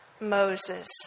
Moses